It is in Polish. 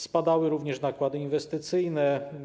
Spadały również nakłady inwestycyjne.